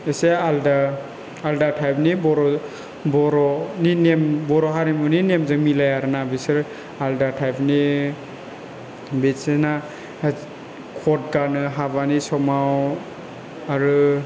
एसे आलदा आलदा टाइफनि बर' बर'नि नेम बर' हारिमुनि नेमजों मिलाइया आरोना बिसार आलदा टाइबनि बिसोरना कट गानो हाबानि समाव आरो